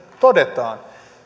todetaan